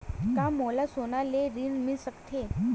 का मोला सोना ले ऋण मिल सकथे?